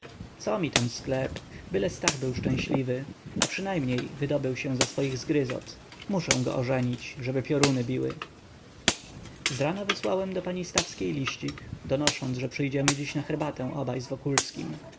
co mi tam sklep byle stach był szczęśliwy a przynajmniej wydobył się ze swoich zgryzot muszę go ożenić żeby pioruny biły zrana wysłałem do pani stawskiej liścik donosząc że przyjdziemy dziś na herbatę obaj z wokulskim